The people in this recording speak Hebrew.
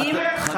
זה כמו ממשלת,